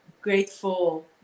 grateful